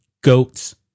Goats